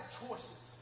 choices